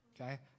Okay